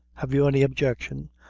have you any objection?